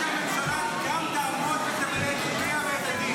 ראוי שגם הממשלה תעמוד ותמלא את חוקיה ואת הדין.